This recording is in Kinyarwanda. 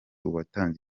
uwatanze